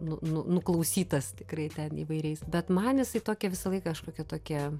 nu nu nuklausytas tikrai ten įvairiais bet man jisai tokią visąlaik kažkokią tokią